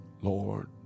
Lord